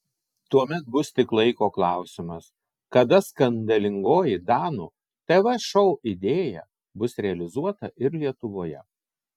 tuomet bus tik laiko klausimas kada skandalingoji danų tv šou idėja bus realizuota ir lietuvoje